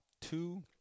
two